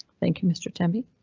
thank you mr temby.